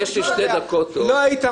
יכול להיות שכל מבחני התיאוריה והכל מיותרים,